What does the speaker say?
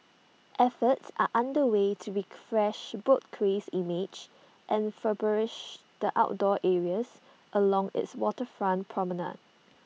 efforts are under way to fresh boat Quay's image and the outdoor areas along its waterfront promenade